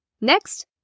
Next